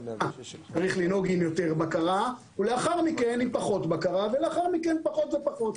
שצריך לנהוג עם יותר בקרה ולאחר מכן עם פחות בקרה ולאחר מכן פחות ופחות,